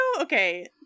okay